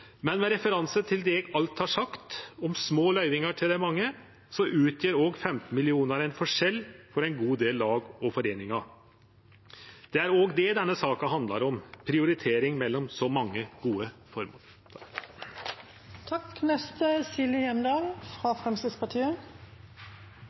alt har sagt om små løyvingar til dei mange, utgjer òg 15 mill. kr ein forskjell for ein god del lag og foreiningar. Det er òg det denne saka handlar om, prioritering mellom så mange gode formål.